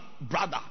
brother